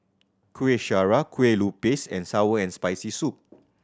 Kuih Syara Kueh Lupis and sour and Spicy Soup